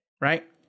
Right